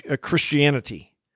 Christianity